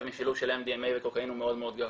משילוב של MDMA וקוקאין הוא מאוד גבוה.